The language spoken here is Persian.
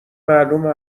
معلومه